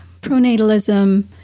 pronatalism